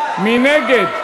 מי נגד?